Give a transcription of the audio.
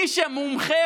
מי שמומחה,